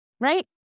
right